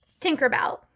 Tinkerbell